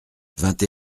vingt